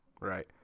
right